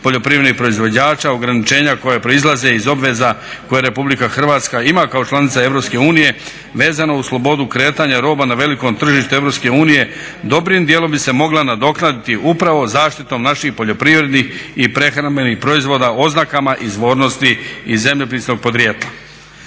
poljoprivrednih proizvođača, ograničenja koja proizlaze iz obveza koje Republika Hrvatska ima kao članica EU vezano uz slobodu kretanja roba na velikom tržištu EU dobrim dijelom bi se mogla nadoknaditi upravo zaštitom naših poljoprivrednih i prehrambenih proizvoda oznakama izvornosti i zemljopisnog podrijetla.